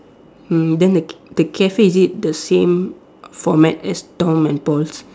mm then the the cafe is it the same format as Tom and Paul's